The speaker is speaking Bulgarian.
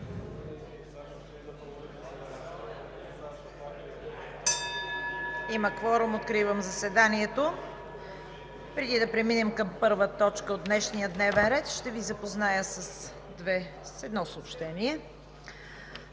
Има кворум, откривам заседанието. Преди да преминем към първа точка от днешния дневен ред, ще Ви запозная с едно съобщение: